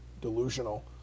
delusional